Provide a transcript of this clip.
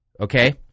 Okay